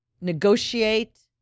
negotiate